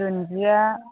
दुन्दिया